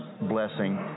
blessing